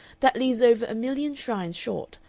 that leaves over a million shrines short,